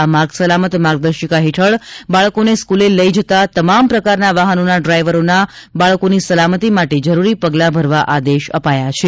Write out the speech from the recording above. આ માર્ગ સલામત માર્ગદર્શિકા હેઠળ બાળકોને સ્ક્રલે લઈ જતાં તમામ પ્રકારના વાહનોના ડ્રાઇવરોના બાળકોની સલામતી માટે જરૂરી પગલાં ભરવા આદેશ અપાયા છે